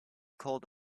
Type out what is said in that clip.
called